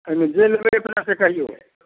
एहिमे जे लेबै से अपने से कहिऔ आबि कऽ